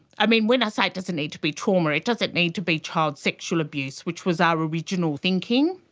i mean, when i say it doesn't need to be trauma, it doesn't need to be child sexual abuse, which was our original thinking.